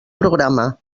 programa